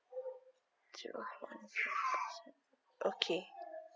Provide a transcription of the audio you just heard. zero point percent okay